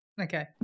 Okay